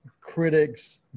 critics